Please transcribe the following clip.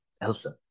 Elsa